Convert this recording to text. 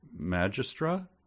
magistra